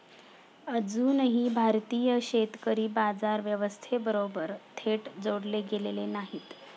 अजूनही भारतीय शेतकरी बाजार व्यवस्थेबरोबर थेट जोडले गेलेले नाहीत